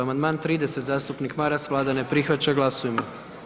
Amandman 30, zastupnik Maras, Vlada ne prihvaća, glasujmo.